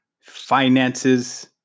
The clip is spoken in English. finances